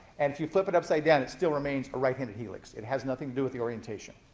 and if you flip it upside down, it still remains a right-handed helix. it has nothing to do with the orientation.